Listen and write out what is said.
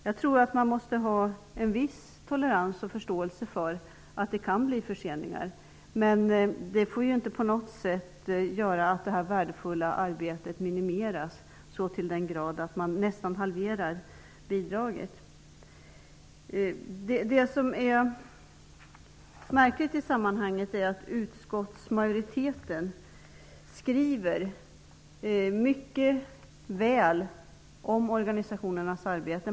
Jag tror att man måste visa en viss tolerans och förståelse för att det kan bli förseningar. Men det får inte på något sätt göra att det värdefulla arbetet minimeras så till den grad att man nästan halverar bidraget. Det som är märkligt i sammanhanget är att utskottsmajoriteten skriver mycket väl om organisationernas arbete.